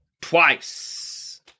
twice